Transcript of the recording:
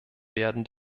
werden